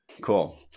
Cool